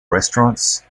restaurants